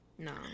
No